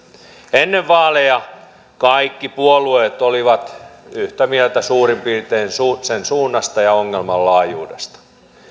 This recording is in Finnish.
ennen vaaleja kaikki puolueet olivat suurin piirtein yhtä mieltä sen suunnasta ja ongelman laajuudesta